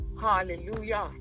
Hallelujah